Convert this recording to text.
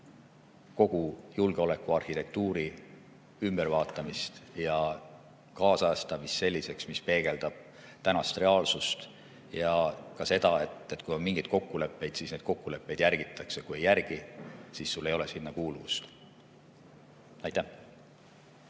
kogu julgeolekuarhitektuuri ümbervaatamist ja kaasajastamist selliseks, mis peegeldab tänast reaalsust. Ka see [tuleks kehtestada], et kui on mingid kokkulepped, siis neid kokkuleppeid järgitakse, kui ei järgi, siis sul kuuluvust ei